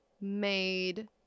made